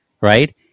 Right